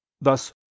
Thus